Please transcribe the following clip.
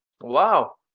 wow